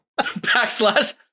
backslash